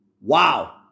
wow